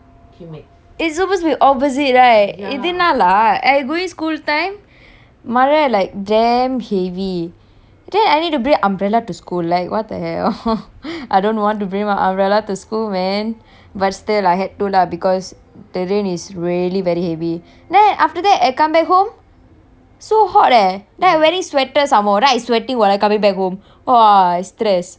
it's supposed to be opposite right இது என்ன:ithu enna lah I going school time மழை:mazhai like damn heavy then I need to bring umbrella to school like what the hell I don't want to bring my umbrella to school man but still I had to lah because the rain is really very heavy then after that I come back home so hot eh then I wearing sweater some more then I sweating while I coming back home !wah! I stress